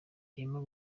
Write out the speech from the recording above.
irimo